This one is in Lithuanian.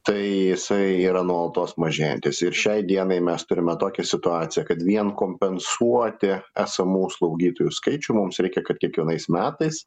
tai jisai yra nuolatos mažėjantis ir šiai dienai mes turime tokią situaciją kad vien kompensuoti esamų slaugytojų skaičių mums reikia kad kiekvienais metais